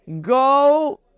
go